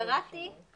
זה